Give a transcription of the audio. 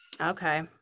Okay